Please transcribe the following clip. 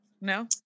no